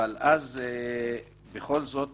אבל אז בכל זאת